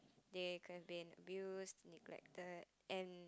they could've been abused neglected and